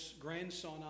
grandson